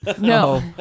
No